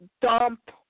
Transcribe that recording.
dump